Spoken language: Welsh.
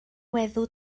weddw